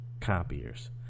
copiers